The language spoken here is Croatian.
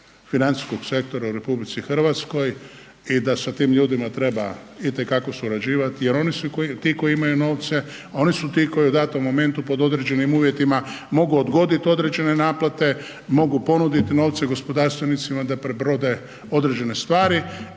financijskog sektora u RH i da sa tim ljudima treba itekako surađivati jer oni su ti koji imaju novce, oni su ti koji u datom momentu pod određenim uvjetima mogu odgodit određene naplate, mogu ponudit novce gospodarstvenicima da prebrode određene stvari